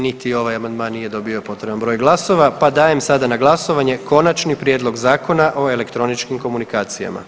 Niti ovaj amandman nije dobio potreban broj glasova pa dajem sada na glasovanje Konačni prijedlog Zakona o elektroničkim komunikacijama.